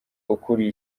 ukuriye